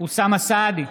אוסאמה סעדי,